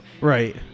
Right